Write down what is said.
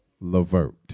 Levert